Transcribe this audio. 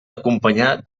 acompanyar